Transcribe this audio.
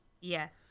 Yes